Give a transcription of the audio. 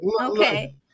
Okay